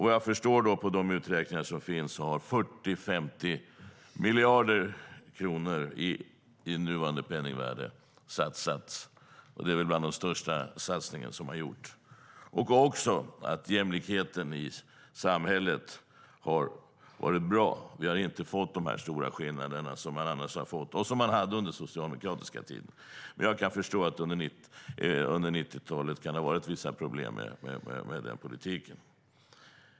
Vad jag förstår på de uträkningar som finns har 40-50 miljarder kronor i nuvarande penningvärde satsats, och det är väl bland de största satsningar som har gjorts. Jämlikheten i samhället har också varit bra. Vi har inte fått de stora skillnader som man annars har fått och som man hade under den socialdemokratiska tiden. Men jag kan förstå att det under 90-talet kan ha varit vissa problem med den politiken.